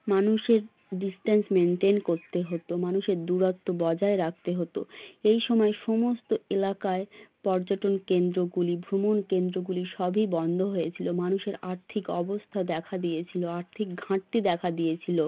মানুষের distance maintain করতে হতো মানুষের দূরত্ব বজায় রাখতে হতো এই সময় সমস্ত এলাকায় পর্যটন কেন্দ্রগুলি ভ্রমণ কেন্দ্রগুলি সবই বন্ধ হয়েছিলো মানুষের আর্থিক অবস্থা দেখা দিয়েছিলো আর্থিক ঘাঁটতি দেখা দিয়েছিলো